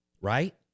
right